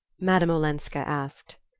madame olenska asked.